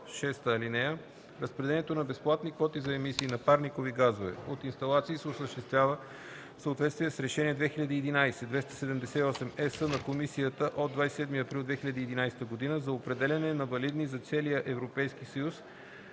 (6) Разпределението на безплатни квоти за емисии на парникови газове от инсталации се осъществява в съответствие с Решение 2011/278/ЕС на Комисията от 27 април 2011 г. за определяне на валидни за целия Европейски съюз